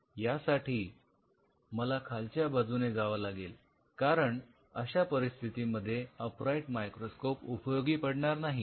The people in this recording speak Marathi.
यासाठी मला खालच्या बाजूने जावं लागेल कारण अशा परिस्थितीमध्ये अप राइट मायक्रोस्कोप उपयोगी पडणार नाही